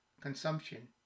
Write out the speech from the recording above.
consumption